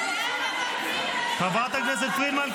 למה הם עדיין בעזה --- חברת הכנסת פרידמן,